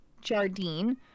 Jardine-